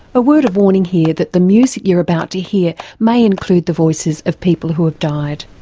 a word of warning here that the music you're about to hear may include the voices of people who have died.